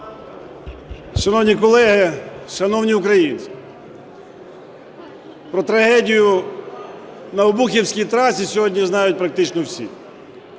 Шановні колеги, шановні українці, про трагедію на Обухівський трасі сьогодні знають практично всі.